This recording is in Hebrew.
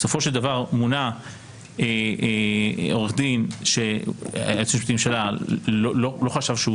בסופו של דבר מונה עורך דין שהיועץ המשפטי לממשלה לא חשב שהוא